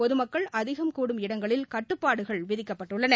பொதுமக்கள் அதிகம் கூடும் இடங்களில் கட்டுப்பாடுகள் விதிக்கப்பட்டள்ளன